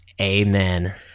Amen